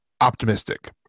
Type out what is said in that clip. optimistic